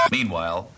Meanwhile